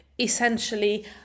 essentially